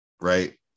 right